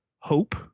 hope